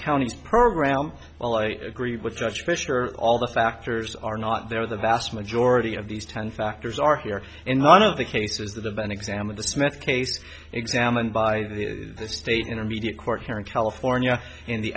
counties program well i agree with such pressure all the factors are not there the vast majority of these ten factors are here in one of the cases that have been examined the smith case examined by the state intermediate court here in california in the